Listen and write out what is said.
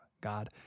God